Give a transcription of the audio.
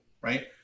right